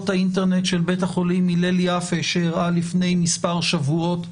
האינטרנט של בית החולים הלל יפה שאירעה לפני מספר שבועות,